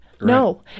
No